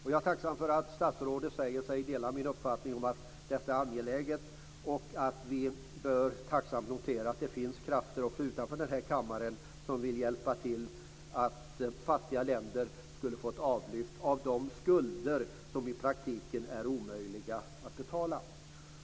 Jag är tacksam över att statsrådet säger sig dela min uppfattning om att detta är angeläget och att vi tacksamt bör notera att det finns krafter också utanför den här kammaren som vill hjälpa till, så att fattiga länder får ett avlyft av de skulder som i praktiken är omöjliga att betala.